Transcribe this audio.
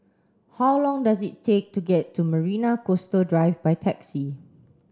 how long does it take to get to Marina Coastal Drive by taxi